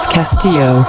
Castillo